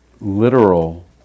literal